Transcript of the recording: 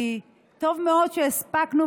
כי טוב מאוד שהספקנו.